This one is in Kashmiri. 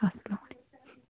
اَسلام